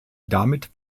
damit